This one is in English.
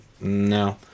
No